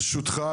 ברשותך,